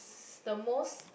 ~s the most